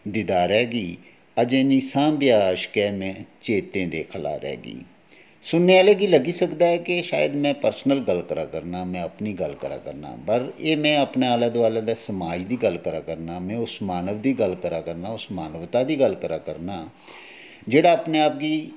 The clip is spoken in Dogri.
दिदारै गी अजें नीं सांभेआ अश्कें ने चेत्तें दे खलारै गी सुनने आह्ले गी लग्गी सकदा कि शायदा में अपनी गल्ल करै करना पर्सनल गल्ल करा करना में अपनी गल्ल करा करना पर एह् में अपना आह्लै दुआलै दे समाज दी गल्ल करा करना मानव दी गल्ल करा करना उस मानवता दी गल्ल करा करना जेह्ड़ा अपने आप गी